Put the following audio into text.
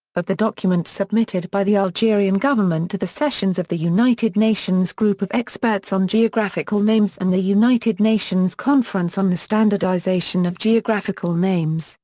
of the documents submitted by the algerian government to the sessions of the united nations group of experts on geographical names and the united nations conference on the standardization of geographical names,